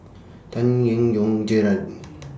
Tan Eng Yoon Gerard